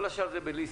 כל השאר זה בליסינג.